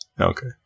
Okay